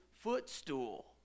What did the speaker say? footstool